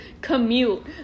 commute